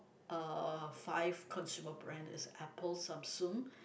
uh five consumer brand is Apple Samsung